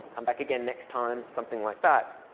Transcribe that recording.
come back again next time. something like that.